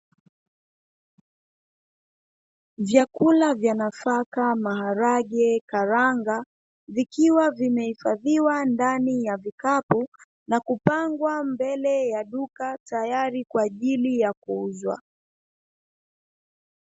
Vyakula vya nafaka maharage, karanga. Vikiwa vimehifadhiwa ndani ya vikapu na kupangwa mbele ya duka tayari kwa kuuzwa.